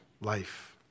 life